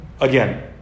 Again